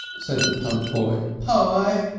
said the punt boy, pie!